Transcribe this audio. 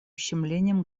ущемлением